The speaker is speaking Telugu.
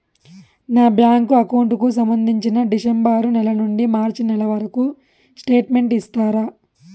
నా బ్యాంకు అకౌంట్ కు సంబంధించి డిసెంబరు నెల నుండి మార్చి నెలవరకు స్టేట్మెంట్ ఇస్తారా?